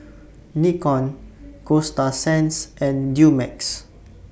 Nikon Coasta Sands and Dumex